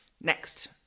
Next